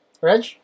Reg